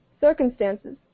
circumstances